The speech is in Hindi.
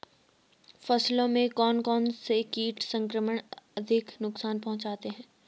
फसलों में कौन कौन से कीट संक्रमण अधिक नुकसान पहुंचाते हैं?